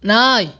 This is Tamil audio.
நாய்